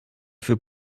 für